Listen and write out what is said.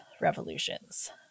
revolutions